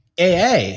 AA